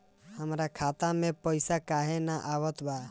हमरा खाता में पइसा काहे ना आवत बा?